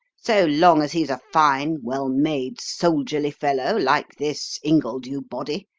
so long as he's a fine, well-made, soldierly fellow, like this ingledew body,